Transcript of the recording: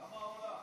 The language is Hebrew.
כמה עולה?